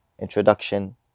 introduction